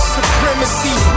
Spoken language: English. Supremacy